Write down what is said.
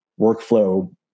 workflow